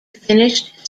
finished